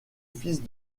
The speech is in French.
fils